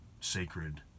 Sacred